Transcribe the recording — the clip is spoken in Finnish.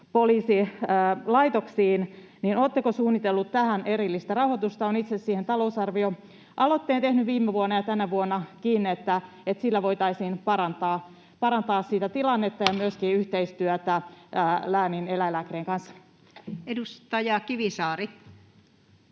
poliisilaitoksiin. Oletteko suunnitellut tähän erillistä rahoitusta? Olen itse siihen talousarvioaloitteen tehnyt viime vuonna ja tänä vuonnakin. Sillä voitaisiin parantaa sitä tilannetta ja myöskin yhteistyötä läänineläinlääkärien kanssa. Edustaja Kivisaari.